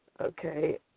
okay